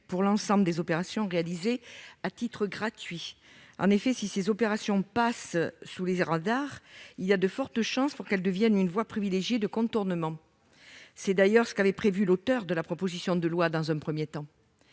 pour l'ensemble des opérations réalisées à titre gratuit. En effet, si ces opérations passent sous les radars, elles risquent fort de devenir une voie privilégiée de contournement. C'est d'ailleurs ce qu'avait prévu l'auteur de la proposition de loi dans un premier temps.